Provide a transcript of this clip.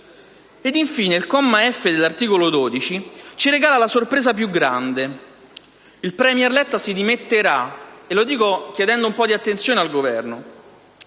Infine, la lettera *f)* dell'articolo 12 ci regala la sorpresa più grande: il *premier* Letta si dimetterà. E lo dico chiedendo un po' di attenzione al Governo.